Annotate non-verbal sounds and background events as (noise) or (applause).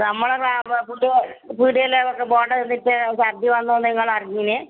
നമ്മുടെ (unintelligible) ഫുഡ്ഡ് പീടികയിലെയൊക്കെ ബോണ്ട തിന്നിട്ട് ഛർദ്ദി വന്നതൊന്നും നിങ്ങളറിഞ്ഞില്ലേ